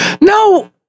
No